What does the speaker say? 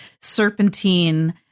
serpentine